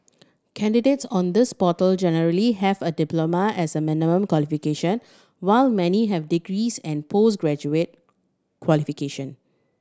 candidates on this portal generally have a diploma as a minimum qualification while many have degrees and post graduate qualification